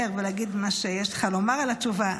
ולהגיד מה שיש לך לומר על התשובה.